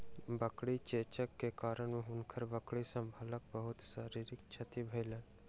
बकरी चेचक के कारण हुनकर बकरी सभक बहुत शारीरिक क्षति भेलैन